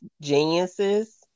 geniuses